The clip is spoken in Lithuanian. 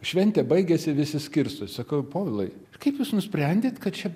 šventė baigėsi visi skirstosi sakau povilai kaip jūs nusprendėt kad čia